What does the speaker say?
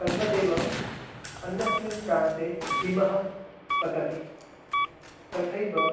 तद्वदेव अन्यस्मिन् प्रान्ते हिमः पतति तथैव